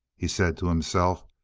he said to himself,